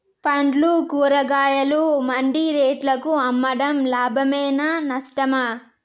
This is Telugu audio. పండ్లు కూరగాయలు మండి రేట్లకు అమ్మడం లాభమేనా నష్టమా?